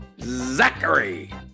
Zachary